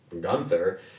Gunther